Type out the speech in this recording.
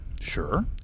Sure